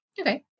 Okay